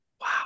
Wow